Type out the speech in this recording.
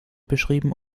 beschrieben